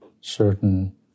certain